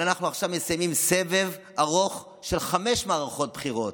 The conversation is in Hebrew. אנחנו עכשיו מסיימים סבב ארוך של חמש מערכות בחירות,